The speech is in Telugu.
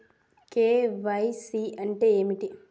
కే.వై.సీ అంటే ఏమిటి?